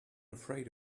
afraid